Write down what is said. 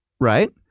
Right